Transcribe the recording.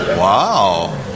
Wow